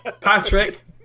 Patrick